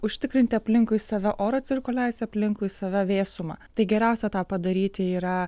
užtikrinti aplinkui save oro cirkuliaciją aplinkui save vėsumą tai geriausia tą padaryti yra